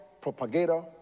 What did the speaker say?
propagator